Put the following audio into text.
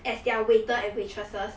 as their waiters and waitresses